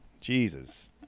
Jesus